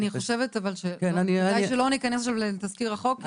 אני חושבת אבל שכדאי שלא ניכנס עכשיו לתסקיר החוק.